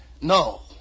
No